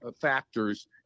Factors